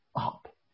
up